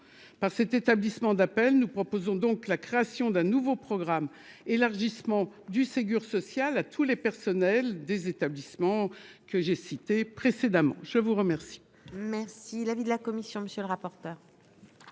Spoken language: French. par cet établissement d'appel nous proposons donc la création d'un nouveau programme, élargissement du Ségur sociale à tous les personnels des établissements que j'ai cité précédemment, je vous remercie. Merci l'avis de la commission, monsieur le rapporteur.